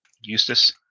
Eustace